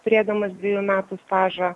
turėdamas dvejų metų stažą